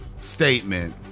statement